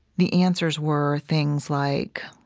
the answers were things like